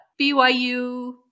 BYU